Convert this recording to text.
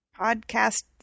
podcast